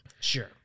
sure